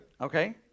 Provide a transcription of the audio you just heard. Okay